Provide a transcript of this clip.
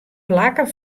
plakken